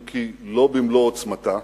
אם כי לא במלוא עוצמתה,